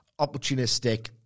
opportunistic